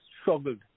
struggled